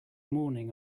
morning